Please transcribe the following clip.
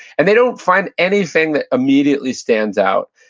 and they don't find anything that immediately stands out.